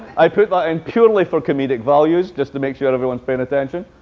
i put that in purely for comedic values, just to make sure everyone is paying attention.